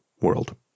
world